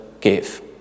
give